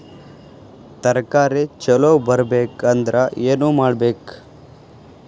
ತರಕಾರಿ ಛಲೋ ಬರ್ಬೆಕ್ ಅಂದ್ರ್ ಏನು ಮಾಡ್ಬೇಕ್?